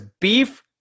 beef